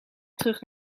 terug